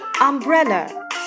Umbrella